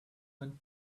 went